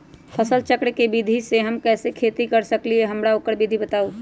फसल चक्र के विधि से हम कैसे खेती कर सकलि ह हमरा ओकर विधि बताउ?